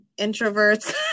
introverts